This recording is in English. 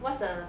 what's the